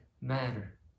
matter